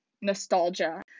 nostalgia